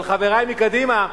אבל, חברי מקדימה,